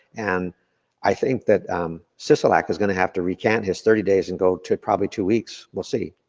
and i think that sisolak is gonna have to recant his thirty days and go to probably two weeks. we'll see.